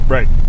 Right